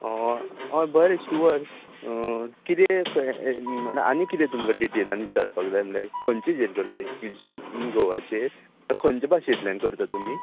हय बरे शुवर किते हे म्हणल्यार आनी किते तुमकां डिटेलान विचारपाक जाय आसले खंयचे इंन्क्विसिशन एन गोवाचेर आनी खंयच्या भाशेंतल्यार करता तुमी